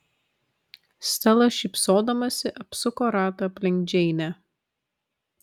stela šypsodamasi apsuko ratą aplink džeinę